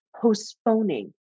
postponing